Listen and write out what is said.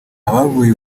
abavuye